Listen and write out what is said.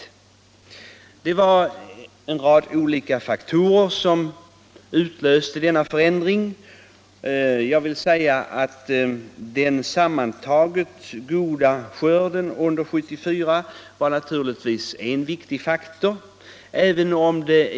En rad olika faktorer utlöste denna förändring. Den sammantaget goda skörden under 1974 var därvid en viktig faktor.